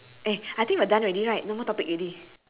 eh I think we're done already right no more topic already